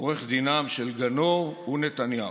עורך דינם של גנור ונתניהו.